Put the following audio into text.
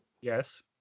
Yes